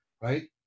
right